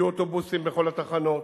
יהיו אוטובוסים בכל התחנות,